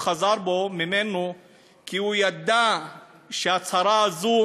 הוא חזר בו ממנו כי הוא ידע שההצהרה הזאת